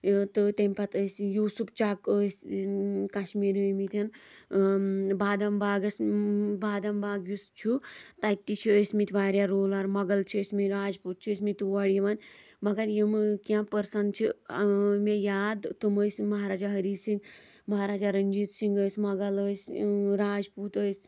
یہِ تہٕ تمہِ پَتہٕ ٲسۍ یوٗسُپ چَک ٲسۍ کَشمیٖر ٲمٕتۍ بادام باغَس بادام باغ یُس چھُ تَتہِ تہِ چھِ ٲسۍ مٕتۍ واریاہ روٗلَر مۄغَل چھِ ٲسۍ مٕتۍ راجپوٗت چھِ ٲسۍ مٕتۍ تور یِوان مگر یِمہٕ کیٚنٛہہ پٔرسَن چھِ مےٚ یاد تٕم ٲسۍ مہاراجا ہری سِنٛگھ مہاراجا رٔنجیٖت سِنٛگھ ٲسۍ مۄغَل ٲسۍ راجپوٗت ٲسۍ